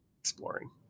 exploring